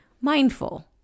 mindful